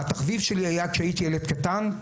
התחביב שלי היה, כשהייתי ילד קטן,